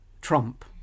Trump